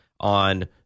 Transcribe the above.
on